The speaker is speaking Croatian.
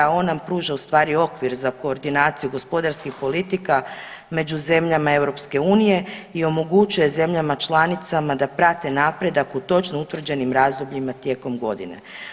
On nam pruža ustvari okvir za koordinaciju gospodarskih politika među zemljama EU i omogućuje zemljama članicama da prate napredak u točno utvrđenim razdobljima tijekom godine.